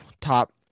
top